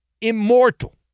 immortal